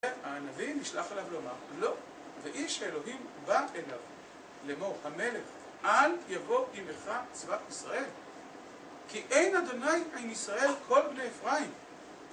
הנביא נשלח אליו לומר לא ואיש האלוהים בא אליו לאמור המלך אל יבוא עמך צבא ישראל כי אין ה' עם ישראל כל בני אפרים